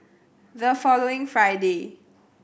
the following Friday